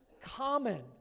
common